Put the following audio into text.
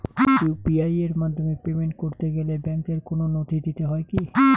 UPI এর মাধ্যমে payment করতে গেলে ব্যাংকের কোন নথি দিতে হয় কি?